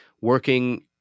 working